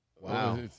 Wow